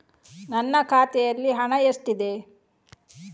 ನನ್ನ ಖಾತೆಯಲ್ಲಿ ಹಣ ಎಷ್ಟಿದೆ?